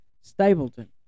Stapleton